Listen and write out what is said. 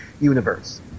universe